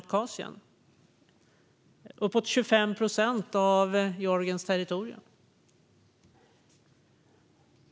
Det är uppåt 25 procent av Georgiens territorium.